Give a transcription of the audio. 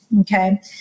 Okay